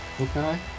Okay